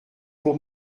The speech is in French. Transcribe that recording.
pour